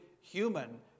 human